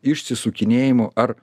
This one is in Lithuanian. išsisukinėjimu ar